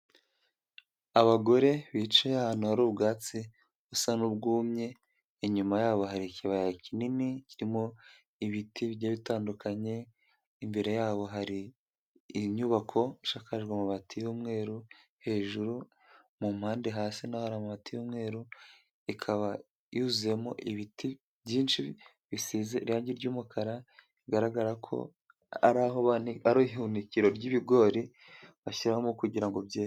Abagore bicaye ahantu hari ubwatsi, busa n'ubwumye inyuma yabo hari ikibaya kinini kirimo ibiti, bigiye bitandukanye, imbere yabo hari inyubako ishakakajwe amabati y'umweru, hejuru mu mpande hasi, naho hari amabati y'umweru ikaba yuzuyemo ibiti byinshi, bisize irangi ry'umukara rigaragara ko araho ihunikiro ry'ibigori, bashyimo kugira ngo byere.